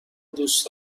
دوست